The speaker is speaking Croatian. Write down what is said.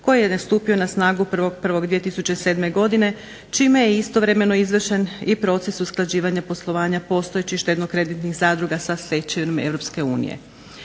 koji je stupio na snagu 1.1.2007. godine čime je istovremeno izvršen i proces usklađivanja poslovanja postojećih štedno-kreditnih zadruga sa stečevinama